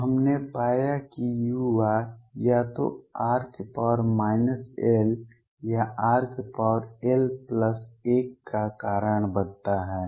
तो हमने पाया कि u या तो r l या rl1 का कारण बनता है